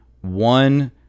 one